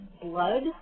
blood